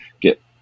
get